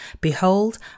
Behold